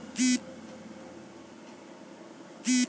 ವಿಮೆ ಕಂತು ತಿಂಗಳ ಆರು ತಿಂಗಳ ಇಲ್ಲ ವರ್ಷ ಕಟ್ಟೋದ ಇರುತ್ತ